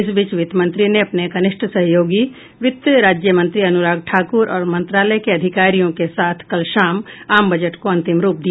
इस बीच वित्तमंत्री ने अपने कनिष्ठ सहयोगी वित्त राज्य मंत्री अनुराग ठाकुर और मंत्रालय के अधिकारियों के साथ कल शाम आम बजट को अंतिम रूप दिया